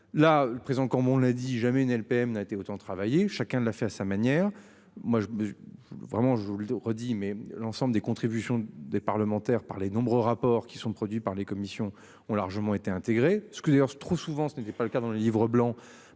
la prison comme on l'a dit, jamais une LPM n'a été autant travaillé chacun de l'a fait à sa manière, moi je. Vraiment je vous le redis, mais l'ensemble des contributions des parlementaires par les nombreux rapports qui sont produits par les commissions ont largement été intégrée ce que d'ailleurs trop souvent ce n'était pas le cas dans le livre blanc